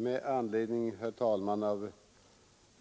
Herr talman! Med anledning av